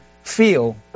feel